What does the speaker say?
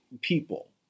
people